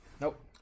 nope